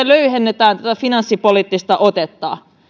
löyhennetään tätä finanssipoliittista otetta